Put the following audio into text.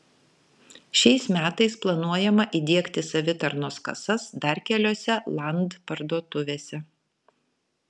šiais metais planuojama įdiegti savitarnos kasas dar keliose land parduotuvėse